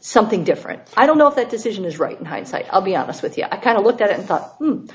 something different i don't know if that decision is right in hindsight i'll be honest with you i kind of looked at and thought i don't